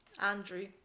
Andrew